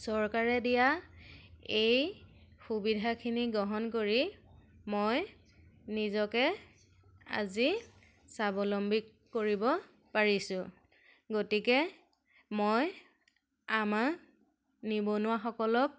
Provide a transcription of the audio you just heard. চৰকাৰে দিয়া এই সুবিধাখিনি গ্ৰহণ কৰি মই নিজকে আজি স্বাৱলম্বী কৰিব পাৰিছোঁ গতিকে মই আমাৰ নিবনুৱাসকলক